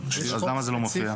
אז למה זה לא מופיע?